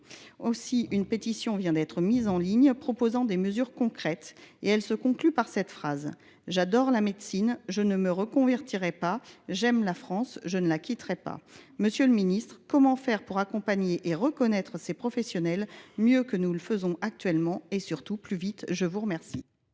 Une pétition vient d’être mise en ligne prévoyant des mesures concrètes. Elle se conclut par cette phrase :« J’adore la médecine, je ne me reconvertirai pas. J’aime la France, je ne la quitte pas. » Monsieur le ministre, comment faire pour accompagner et reconnaître ces professionnels mieux que nous ne le faisons actuellement, et surtout plus rapidement ? La parole